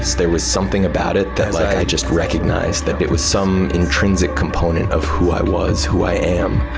there was something about it that i just recognised, that it was some intrinsic component of who i was, who i am.